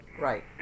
Right